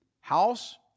house